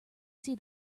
see